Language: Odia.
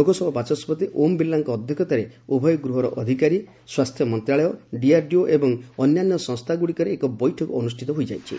ଲୋକସଭା ବାଚସ୍କତି ଓମ୍ ବିର୍ଲାଙ୍କ ଅଧ୍ୟକ୍ଷତାରେ ଉଭୟ ଗୃହର ଅଧିକାରୀ ସ୍ୱାସ୍ଥ୍ୟ ମନ୍ତ୍ରଣାଳୟ ଡିଆର୍ଡିଓ ଏବଂ ଅନ୍ୟାନ୍ୟ ସଂସ୍ଥା ଗୁଡ଼ିକରେ ଏକ ବୈଠକ ଅନୁଷ୍ଠିତ ହୋଇଯାଇଛି